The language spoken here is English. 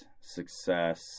success